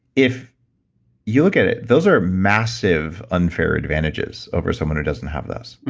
if you look at it, those are massive unfair advantages over someone who doesn't have those.